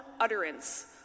utterance